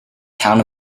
town